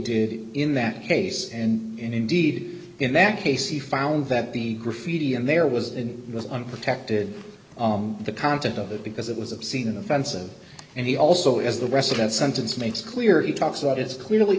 did in that case and indeed in that case he found that the graffiti and there was in the unprotected the content of that because it was obscene offensive and he also as the rest of that sentence makes clear he talks about is clearly